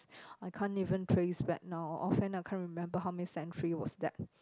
I can't even trace back now or often I can't even remember how many century was that